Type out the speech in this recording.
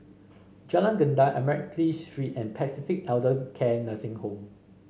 Jalan Gendang Admiralty Street and Pacific Elder Care Nursing Home